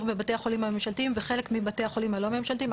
בבתי החולים הממשלתיים וחלק מבתי החולים הלא ממשלתיים.